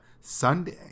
Sunday